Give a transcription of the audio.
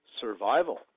survival